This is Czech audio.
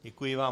Děkuji vám.